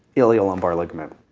iliolumbar ligament.